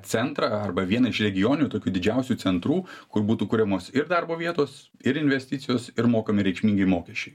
centrą arba vieną iš regioninių tokių didžiausių centrų kur būtų kuriamos ir darbo vietos ir investicijos ir mokami reikšmingi mokesčiai